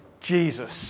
Jesus